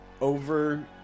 over